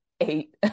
eight